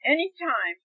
Anytime